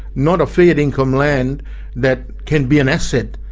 not a fair dinkum land that can be an asset.